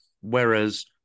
whereas